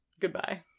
Goodbye